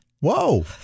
Whoa